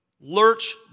lurch